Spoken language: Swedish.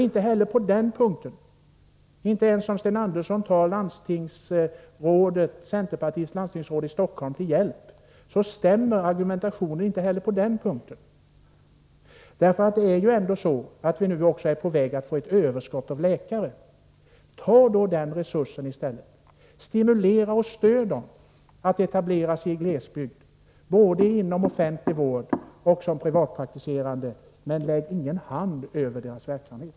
Inte ens om Sten Andersson tar centerpartiets landstingsråd i Stockholm till hjälp stämmer argumentationen på den här punkten heller. Vi håller ju på att få ett överskott av läkare. Ta då den resursen i stället, stimulera och stöd läkarna att etablera sig i glesbygd, både inom offentlig vård och som privatpraktiserande läkare, men lägg ingen hand över deras verksamhet!